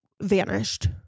vanished